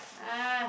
uh